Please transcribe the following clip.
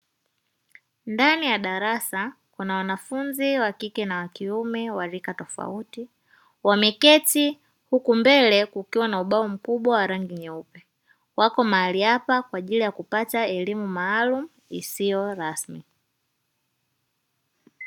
Ndani ya darasa kuna wanafunzi wakike na wakiume wa rika tofauti, wameketi huku mbele kukiwa na ubao mkubwa wa rangi nyeupe wako mahali hapa kwa ajili ya kupata elimu maalum isiyo rasmi.